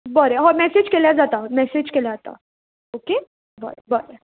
बरें हय मॅसेज केल्या जाता मॅसेज केल्या आता ओके बरें बरें